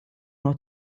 noch